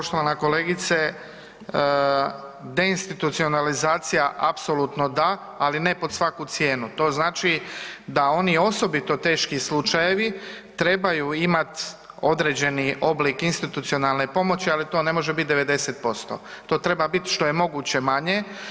Poštovana kolegice deinstitucionalizacija apsolutno da, ali ne pod svaku cijenu, to znači da oni osobito teški slučajevi trebaju imati određeni oblik institucionalne pomoći, ali to ne može biti 90%, to treba biti što je moguće manje.